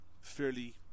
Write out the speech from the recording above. fairly